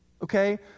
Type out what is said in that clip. okay